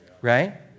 Right